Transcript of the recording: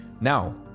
Now